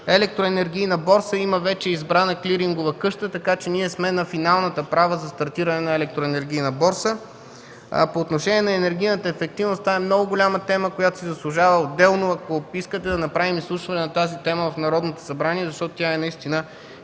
Електроенергийна борса. Има вече избрана клирингова къща, така че сме на финалната права за стартиране на електроенергийна борса. По отношение на енергийната ефективност. Това е много голяма тема, по която си заслужава да направим, ако искате, отделно изслушване в Народното събрание. Наистина